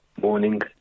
morning